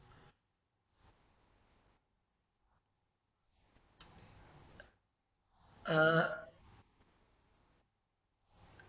uh